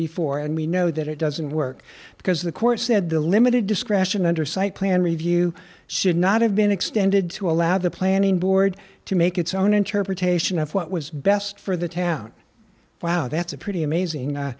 before and we know that it doesn't work because the court said the limited discretion under site plan review should not have been extended to allow the planning board to make its own interpretation of what was best for the town wow that's a pretty amazing